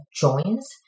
joins